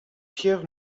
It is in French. pierre